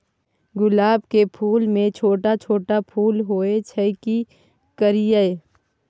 गुलाब के फूल में छोट छोट फूल होय छै की करियै?